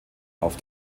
auf